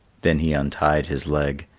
then he untied his leg,